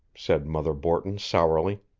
said mother borton sourly.